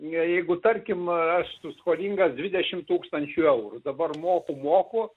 jeigu tarkim aš esu skolingas dvidešimt tūkstančių eurų dabar moku moku